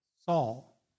Saul